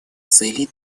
целей